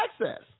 access